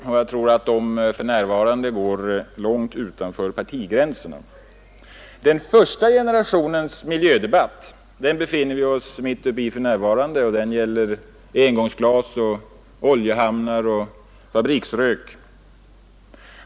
Ställningstagandena i dem går för närvarande långt från partigränserna. Den första generationens miljödebatt befinner vi oss för närvarande mitt i, och den gäller engångsglas, oljehamnar och fabriksrök.